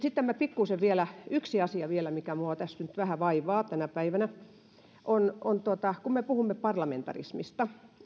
sitten vielä yksi asia mikä minua tässä nyt vähän vaivaa tänä päivänä on se että kun me puhumme parlamentarismista